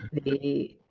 the.